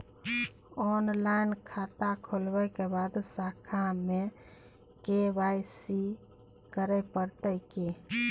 Online खाता खोलै के बाद शाखा में के.वाई.सी करे परतै की?